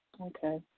Okay